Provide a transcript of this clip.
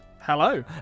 Hello